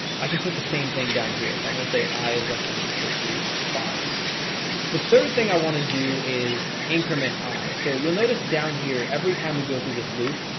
i can put the same thing down here so i'm gonna say i is less than or equal to five the third thing i want to do is increment i so you'll notice down here every time we go through this loop,